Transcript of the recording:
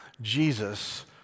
Jesus